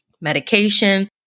medication